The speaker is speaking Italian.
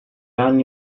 anni